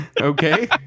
okay